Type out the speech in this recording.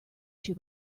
shoe